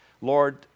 Lord